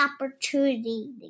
opportunity